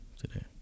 today